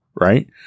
right